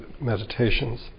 meditations